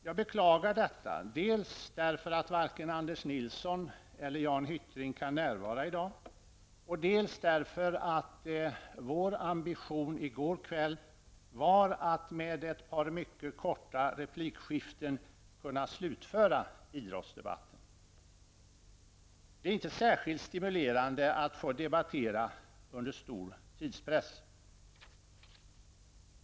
Jag beklagar detta, dels därför att varken Anders Nilsson eller Jan Hyttring kan närvara i dag, dels därför att vår ambition i går kväll var att med ett par mycket korta replikskiften kunna slutföra idrottsdebatten. Det är inte särskilt stimulerande att få debattera under stor tidspress.